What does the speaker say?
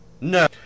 No